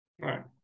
right